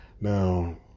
Now